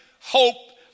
hope